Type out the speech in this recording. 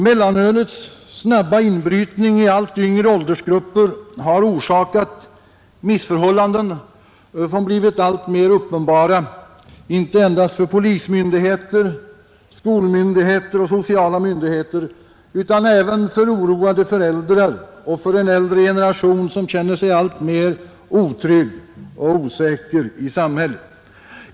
Mellanölets snabba inbrytning i allt yngre åldersgrupper har orsakat missförhållanden, som blivit alltmer uppenbara, inte endast för polismyndigheter, skolmyndigheter och sociala myndigheter, utan även för oroade föräldrar och för en äldre generation, som känner sig alltmer otrygg och osäker i samhället.